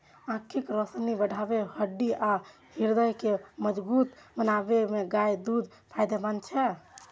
आंखिक रोशनी बढ़बै, हड्डी आ हृदय के मजगूत बनबै मे गायक दूध फायदेमंद छै